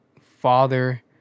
father